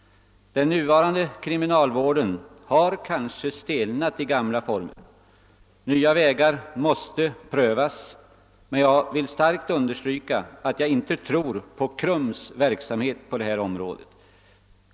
Den nuvarande kriminalvården har kanske stelnat i gamla former. Nya vägar måste prövas, men jag vill starkt understryka att jag inte tror på KRUM:s verksamhet.